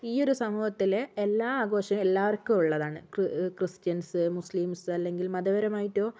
ഈ ഒരു സമൂഹത്തിലെ എല്ലാ ആഘോഷവും എല്ലാവർക്കും ഉള്ളതാണ് ക്രിസ്റ്റ്യൻസ് മുസ്ലിംസ് അല്ലെങ്കിൽ മതപരമായിട്ടോ